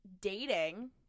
dating